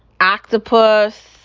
octopus